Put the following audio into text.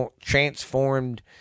transformed